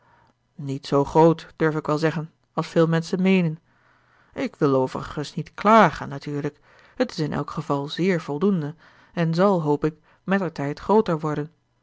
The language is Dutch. niet zoo groot durf ik wel zeggen als veel menschen meenen ik wil overigens niet klagen natuurlijk het is in elk geval zéér voldoende en zal hoop ik mettertijd grooter worden